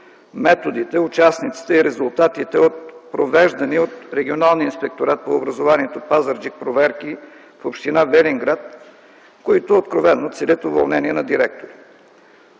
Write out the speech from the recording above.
методите, участниците и резултатите от провеждани от Регионалния инспекторат по образованието – Пазарджик, проверки в община Велинград, които откровено целят уволнение на директори.